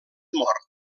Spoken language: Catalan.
mort